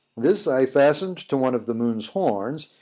this i fastened to one of the moon's horns,